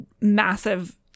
massive